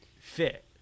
fit